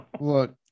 Look